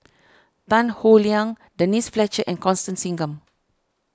Tan Howe Liang Denise Fletcher and Constance Singam